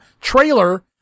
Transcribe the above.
trailer